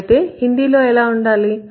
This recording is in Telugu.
అయితే హిందీలో ఎలా ఉండాలి